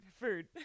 food